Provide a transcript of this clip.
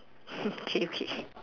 okay okay